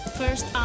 first